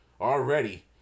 Already